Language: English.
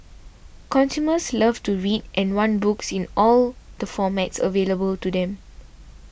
consumers love to read and want books in all the formats available to them